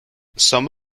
some